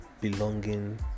belonging